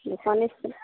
দুখন স্কুল